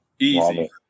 Easy